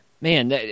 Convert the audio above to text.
Man